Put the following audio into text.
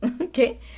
Okay